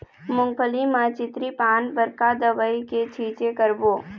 मूंगफली म चितरी पान बर का दवई के छींचे करबो?